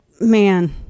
Man